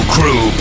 Crew